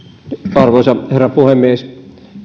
arvoisa herra puhemies